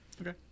Okay